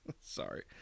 Sorry